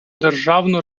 державну